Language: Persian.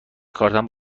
کارتم